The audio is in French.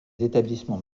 établissements